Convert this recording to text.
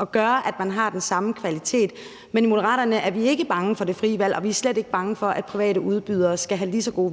at skabe den samme kvalitet. Men i Moderaterne er vi ikke bange for det frie valg, og vi er slet ikke bange for, at private udbydere skal have lige så gode vilkår